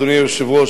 אדוני היושב-ראש,